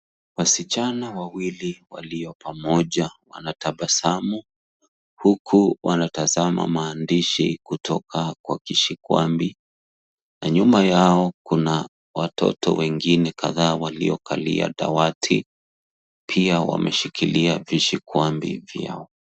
Wasichana wawili walio pamoja wanatabasamu, huku wanatazama maandishi kutoka kwa kishikwambi, na nyuma yao kuna watoto wengine kadhaa waliokalia dawati. Pia wameshikilia vishikwambi vyao.